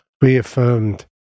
reaffirmed